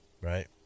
right